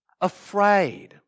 afraid